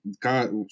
god